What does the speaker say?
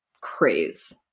craze